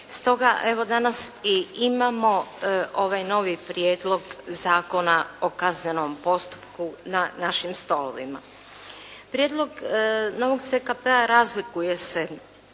Stoga evo danas i imamo ovaj novi Prijedlog zakona o kaznenom postupku na našim stolovima. Prijedlog novog ZKP-a razlikuje se